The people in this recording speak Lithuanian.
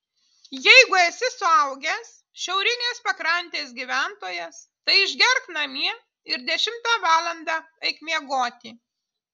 jeigu esi suaugęs šiaurinės pakrantės gyventojas tai išgerk namie ir dešimtą valandą eik miegoti